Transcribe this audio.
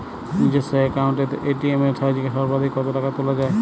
নিজস্ব অ্যাকাউন্ট থেকে এ.টি.এম এর সাহায্যে সর্বাধিক কতো টাকা তোলা যায়?